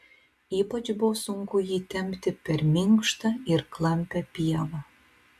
ypač buvo sunku jį tempti per minkštą ir klampią pievą